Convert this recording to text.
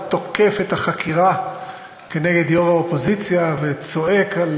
ותוקף את החקירה נגד יושב-ראש האופוזיציה וצועק על